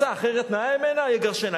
מצא אחרת נאה הימנה, יגרשנה.